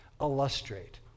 illustrate